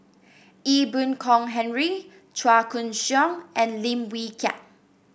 Ee Boon Kong Henry Chua Koon Siong and Lim Wee Kiak